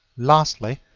lastly,